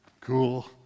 cool